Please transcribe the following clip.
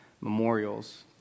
memorials